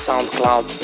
SoundCloud